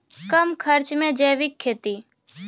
कम खर्च मे जैविक खेती?